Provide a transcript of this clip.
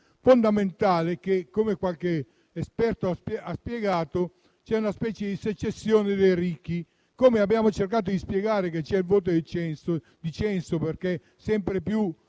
sostanziale. Come qualche esperto ci ha spiegato, c'è una specie di secessione dei ricchi, così come abbiamo cercato di spiegare che c'è il voto di censo, perché sempre più